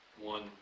one